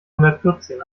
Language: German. hundertvierzehn